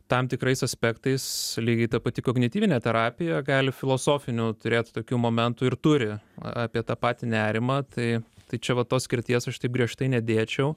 tam tikrais aspektais lygiai ta pati kognityvinė terapija gali filosofinių turėti tokių momentų ir turi apie tą patį nerimą tai tai čia va tos skirties aš taip griežtai nedėčiau